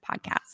podcast